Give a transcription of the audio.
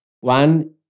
One